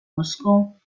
moscow